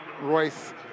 Royce